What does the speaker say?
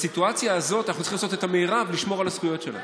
בסיטואציה הזאת אנחנו צריכים לעשות את המרב לשמור על הזכויות שלהם,